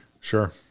Sure